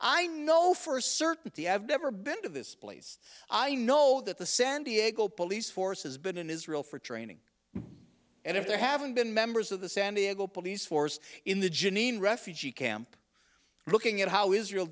i know for certain have never been to this place i know that the san diego police force has been in israel for training and if there haven't been members of the san diego police force in the janine refugee camp looking at how israel